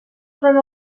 durant